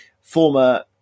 former